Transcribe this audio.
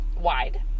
wide